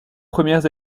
premières